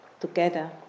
together